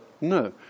No